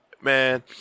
Man